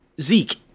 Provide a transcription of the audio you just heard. Zeke